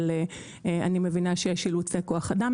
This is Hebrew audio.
אבל אני מבינה שיש אילוצי כוח אדם,